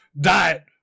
Diet